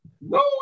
No